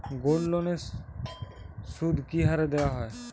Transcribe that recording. গোল্ডলোনের সুদ কি হারে দেওয়া হয়?